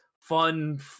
fun